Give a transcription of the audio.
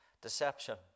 deception